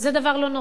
זה דבר לא נורמלי.